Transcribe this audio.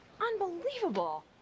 Unbelievable